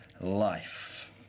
life